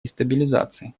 дестабилизации